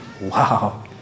Wow